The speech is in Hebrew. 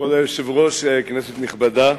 כבוד היושב-ראש, כנסת נכבדה,